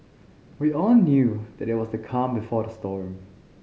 we all knew that it was the calm before the storm